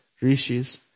rishis